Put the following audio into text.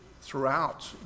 throughout